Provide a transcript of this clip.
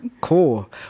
Cool